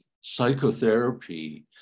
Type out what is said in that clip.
psychotherapy